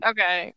Okay